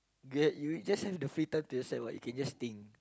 girl you just have the free time to accept [what] you can just think